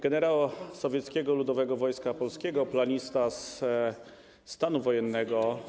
Generał sowieckiego Ludowego Wojska Polskiego, planista stanu wojennego.